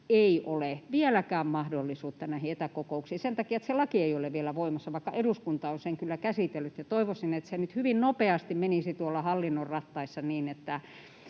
ei ole vieläkään mahdollisuutta näihin etäkokouksiin, sen takia, että se laki ei ole vielä voimassa, vaikka eduskunta on sen kyllä käsitellyt. Toivoisin, että se nyt hyvin nopeasti menisi tuolla hallinnon rattaissa. [Antti